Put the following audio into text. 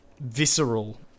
visceral